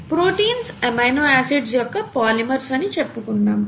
proteins amino acids యొక్క polymers అని చెప్పుకున్నాం